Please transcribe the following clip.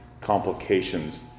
complications